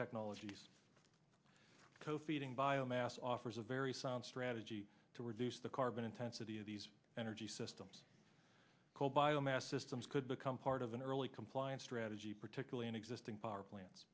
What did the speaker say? technologies cofee ting biomass offers a very sound strategy to reduce the carbon intensity of these energy systems called biomass systems could become part of an early compliant strategy particularly in existing power plants